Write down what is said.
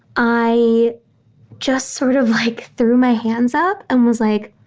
i just sort of like threw my hands up and was like,